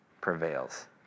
prevails